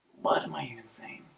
what am i insane?